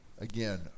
again